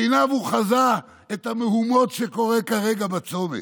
בעיניו הוא חזה את המהומות שקורות כרגע בצומת.